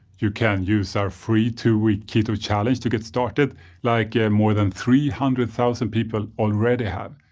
you can use our free two-week keto challenge to get started like and more than three hundred thousand people already have.